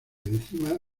encima